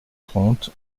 trente